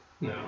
No